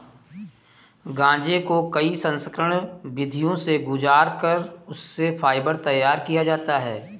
गांजे को कई संस्करण विधियों से गुजार कर उससे फाइबर तैयार किया जाता है